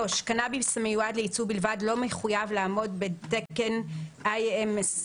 קנאביס המיועד לייצוא בלבד לא מחויב לעמוד בתקן GAP-IMC,